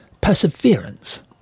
Perseverance